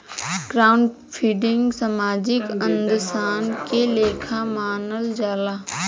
crowdfunding सामाजिक अंशदान के लेखा मानल जाला